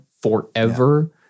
forever